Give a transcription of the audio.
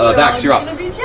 ah vax, you're up.